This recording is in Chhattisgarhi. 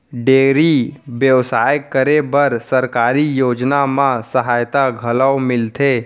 डेयरी बेवसाय करे बर सरकारी योजना म सहायता घलौ मिलथे